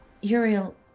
Uriel